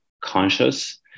conscious